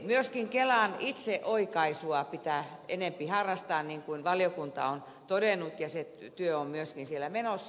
myöskin kelan itseoikaisua pitää enempi harrastaa niin kuin valiokunta on todennut ja se työ on myöskin siellä menossa